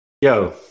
Yo